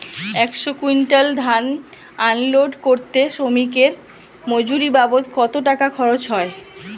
একশো কুইন্টাল ধান আনলোড করতে শ্রমিকের মজুরি বাবদ কত টাকা খরচ হয়?